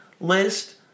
list